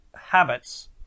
habits